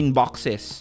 boxes